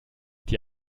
die